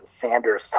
Sanders